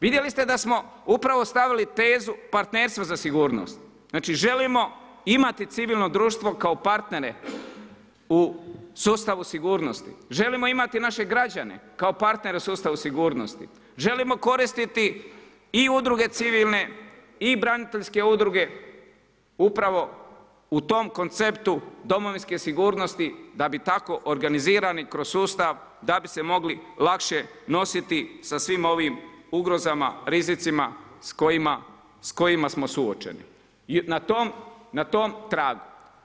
Vidjeli ste da smo upravo stavili tezu partnerstva za sigurnost. znači želimo imati civilno društvo kao partnere u sustavu sigurnosti, želimo imati naše građane kao partnere u sustavu sigurnosti, želimo koristiti i udruge civilne i braniteljske udruge upravo u tom konceptu domovinske sigurnosti da bi tako organizirani kroz sustav da bi se mogli lakše nositi sa svim ovim ugrozama, rizicima s kojima smo suočeni na tom tragu.